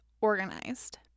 organized